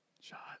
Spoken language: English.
shot